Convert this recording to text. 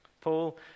Paul